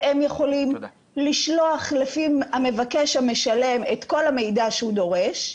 והם יכולים לשלוח לפי המבקש המשלם את כל המידע שהוא דורש,